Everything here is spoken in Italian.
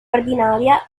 ordinaria